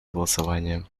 голосование